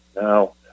now